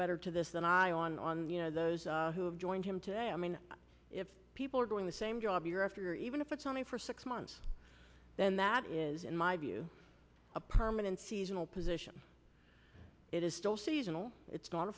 better to this than i on on you know those who have joined him today i mean if people are doing the same job year after year even if it's only for six months then that is in my view a permanent seasonal position it is still seasonal it's not